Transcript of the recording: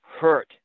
hurt